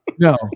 No